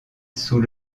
sous